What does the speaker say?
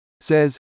says